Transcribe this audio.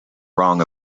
wrong